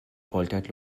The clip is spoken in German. poltert